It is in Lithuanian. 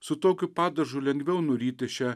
su tokiu padažu lengviau nuryti šią